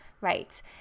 right